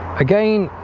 again